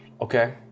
Okay